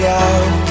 out